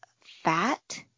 fat